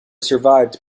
survived